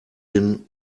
bin